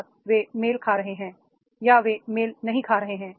और वे मेल खा रहे हैं या वे मेल नहीं खा रहे हैं